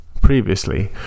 previously